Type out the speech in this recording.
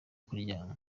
kuryama